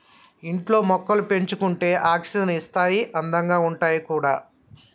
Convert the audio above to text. ఇంట్లో మొక్కలు పెంచుకుంటే ఆక్సిజన్ ఇస్తాయి అందంగా ఉంటాయి కూడా